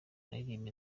aririmba